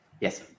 Yes